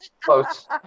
Close